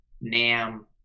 Nam